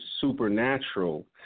supernatural